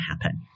happen